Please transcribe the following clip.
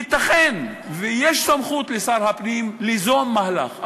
ייתכן שיש סמכות לשר הפנים ליזום מהלך.